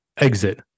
exit